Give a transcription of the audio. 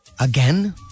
Again